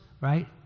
right